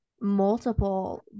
multiple